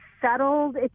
settled